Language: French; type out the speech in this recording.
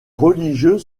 religieux